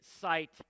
sight